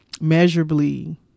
measurably